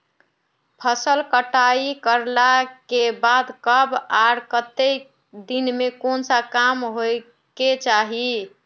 फसल कटाई करला के बाद कब आर केते दिन में कोन सा काम होय के चाहिए?